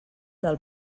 del